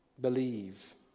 believe